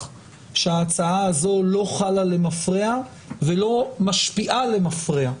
שההצעה הזו לא חלה למפרע ולא משפיעה למפרע,